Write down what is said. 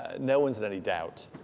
and no one's had any doubt